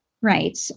Right